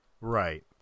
right